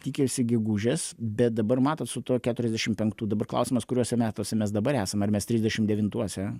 tikisi gegužės bet dabar matot su tuo keturiasdešimt penktų dabar klausimas kuriuose metuose mes dabar esame ar mes trisdešim devintuose